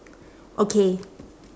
okay